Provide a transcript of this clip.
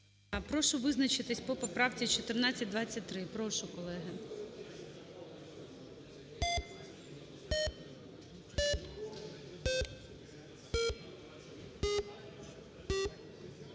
прошу визначатись по поправці 1421. Прошу, колеги.